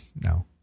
No